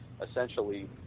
essentially